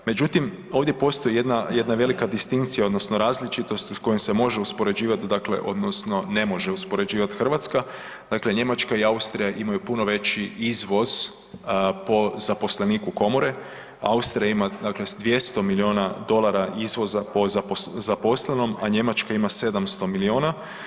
Međutim, ovdje postoji jedna velika distinkcija odnosno različitost s kojom se može uspoređivati dakle odnosno ne može uspoređivati Hrvatska, dakle Njemačka i Austrija imaju puno veći izvoz po zaposleniku komore, Austrija ima, dakle 200 milijuna dolara izvoza po zaposlenom, a Njemačka ima 700 milijuna.